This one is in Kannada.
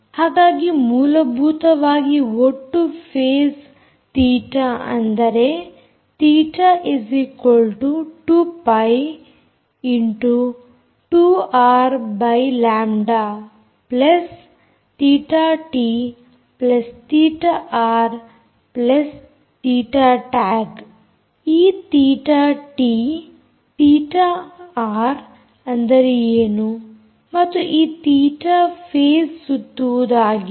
ಹಾಗಾಗಿ ಮೂಲಭೂತವಾಗಿ ಒಟ್ಟು ಫೇಸ್ ತೀಟ ಅಂದರೆ theta two pi two R lambda theta T theta R theta tag ಈ ತೀಟ ಟಿ ತೀಟ ಆರ್ ಅಂದರೆ ಏನು ಮತ್ತು ಈ ತೀಟ ಫೇಸ್ ಸುತ್ತುವುದು ಆಗಿದೆ